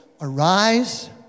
Arise